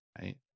right